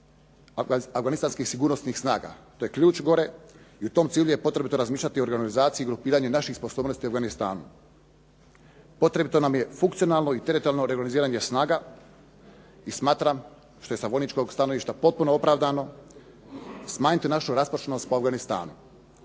afganistanskih sigurnosnih snaga. To je ključ gore i u tom cilju je potrebito razmišljati o organizaciji i grupiranju naših sposobnosti u Afganistanu. Potrebito nam je funkcionalno i teritorijalno reorganiziranje snaga, i smatram što je sa vojničkog stanovišta potpuno opravdano smanjiti našu rastrošnost po Afganistanu.